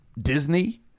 Disney